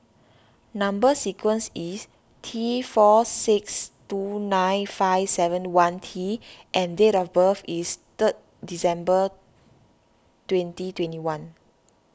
Number Sequence is T four six two nine five seven one T and date of birth is third December twenty twenty one